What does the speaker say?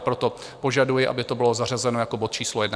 Proto požaduji, aby to bylo zařazeno jako bod číslo 1.